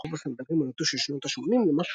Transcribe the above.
רחוב הסנדלרים הנטוש של שנות השמונים למשהו